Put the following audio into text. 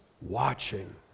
watching